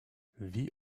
wie